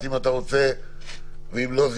אם אתה רוצה ואם לא,